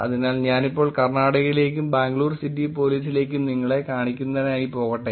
അതിനാൽ ഞാനിപ്പോൾ കർണാടകയിലേക്കും ബാംഗ്ലൂർ സിറ്റി പോലീസിലേക്കും നിങ്ങളെ കാണിക്കുന്നതിനായി പോകട്ടെ